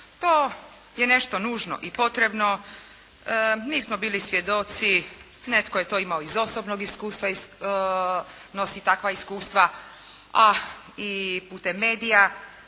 To je nešto nužno i potrebno. Mi smo bili svjedoci, netko je to imao iz osobnog iskustva, nosi takva iskustva, a i putem medija,